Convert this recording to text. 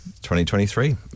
2023